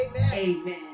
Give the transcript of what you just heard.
Amen